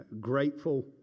grateful